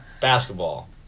Basketball